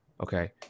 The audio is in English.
okay